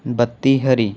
बत्ती हरी